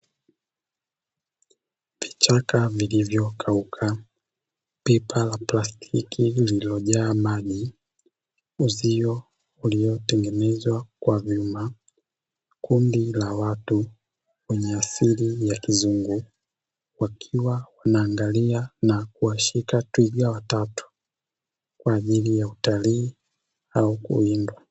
Vichaka vilivyokauka, pipa la plastiki lililojaa maji uzio uliotengenezwa kwa vyuma, kundi la watu wenye asili ya kizungu wakiwa wanaangalia na kuwashika twiga watatu; kwa ajili ya utalii au kulindwa.